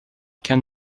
can